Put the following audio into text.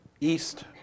east